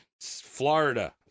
Florida